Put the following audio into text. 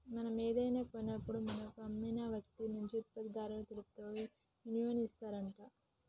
మనం ఏదైనా కాన్నప్పుడు మనకు అమ్మిన వ్యక్తి నుంచి ఉత్పత్తులు తెలుపుతూ ఇన్వాయిస్ ఇత్తారంట